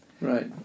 Right